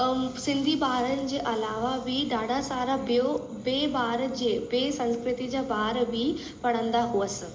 सिंधी ॿारनि जे अलावा बि ॾाढा सारा ॿियो ॿे ॿार जे ॿे संस्कृति जा ॿार बि पढ़ंदा हुअसि